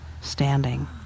standing